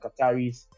Qataris